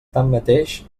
tanmateix